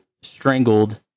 strangled